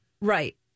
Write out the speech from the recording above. right